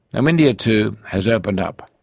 um india too has opened up.